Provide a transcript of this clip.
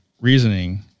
reasoning